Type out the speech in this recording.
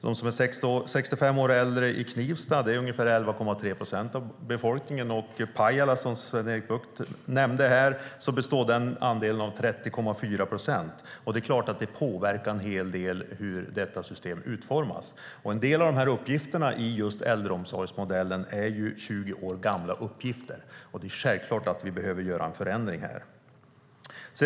De som är 65 år och äldre i Knivsta utgör 11,3 procent av befolkningen. Och i Pajala, som Sven-Erik Bucht nämnde här, är den andelen 30,4 procent. Det är klart att det påverkar en hel del hur detta system utformas. En del av uppgifterna i äldreomsorgsmodellen är 20 år gamla. Det är självklart att vi behöver göra en förändring här.